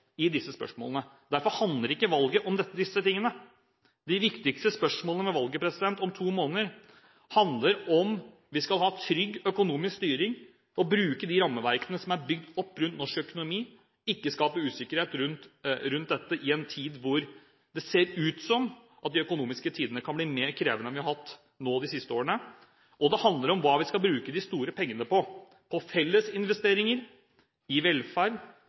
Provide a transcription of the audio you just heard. i disse spørsmålene. Derfor handler ikke valget om disse tingene. De viktigste spørsmålene ved valget om to måneder handler om hvorvidt vi skal ha trygg økonomisk styring, og bruke de rammeverktøyene som er bygd opp rundt norsk økonomi, og ikke skape usikkerhet om dette i en tid hvor det ser ut til at de økonomiske tidene kan bli mer krevende enn de har vært de siste årene. Det handler om hva vi skal bruke de store pengene på – på fellesinvesteringer i velferd